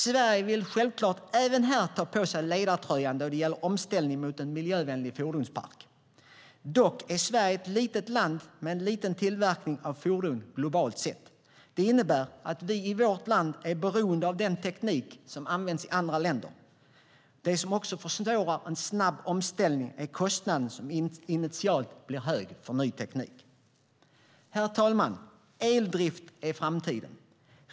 Sverige vill självklart även här ta på sig ledartröjan då det gäller omställning mot en miljövänlig fordonspark. Dock är Sverige ett litet land med en liten tillverkning av fordon globalt sett. Det innebär att vi i vårt land är beroende av den teknik som används i andra länder. Det som också försvårar en snabb omställning är att kostnaderna initialt blir höga för ny teknik. Herr talman! Eldrift är framtiden.